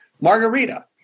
margarita